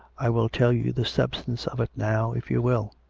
i will tell you the substance of it now, if you will.